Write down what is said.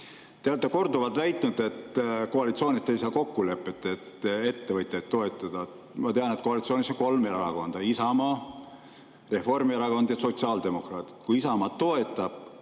Te olete korduvalt väitnud, et koalitsioonis ei saada kokkuleppele, et ettevõtjaid toetada. Ma tean, et koalitsioonis on kolm erakonda: Isamaa, Reformierakond ja sotsiaaldemokraadid. Kui Isamaa toetab,